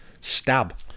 Stab